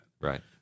Right